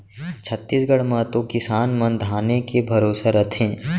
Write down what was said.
छत्तीसगढ़ म तो किसान मन धाने के भरोसा रथें